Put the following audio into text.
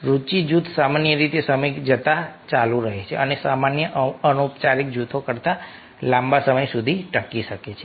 રુચિ જૂથ સામાન્ય રીતે સમય જતાં ચાલુ રહે છે અને સામાન્ય અનૌપચારિક જૂથો કરતાં લાંબા સમય સુધી ટકી શકે છે